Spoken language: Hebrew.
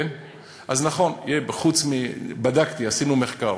אז נכון, בדקתי, עשינו מחקר.